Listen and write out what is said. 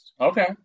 Okay